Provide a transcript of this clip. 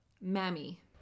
Mammy